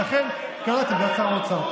ולכן הקראתי את עמדת שר האוצר.